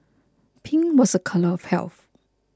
pink was a colour of health